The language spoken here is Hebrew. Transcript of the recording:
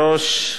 תודה רבה,